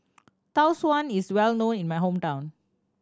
Tau Suan is well known in my hometown